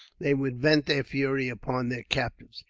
they would vent their fury upon their captives.